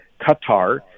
Qatar